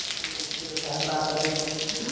के सहायता करै छै